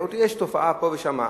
עוד יש תופעה פה ושם,